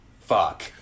fuck